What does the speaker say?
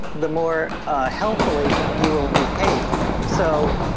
the more healthily you will behave so,